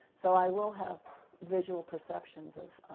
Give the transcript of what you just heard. so i will have visual perception of